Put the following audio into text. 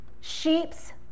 sheeps